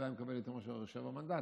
אז הוא היה מקבל יותר מאשר שבעה מנדטים.